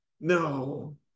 No